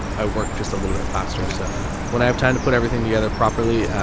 i work just a little bit faster. so when i have time to put everything together properly,